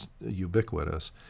ubiquitous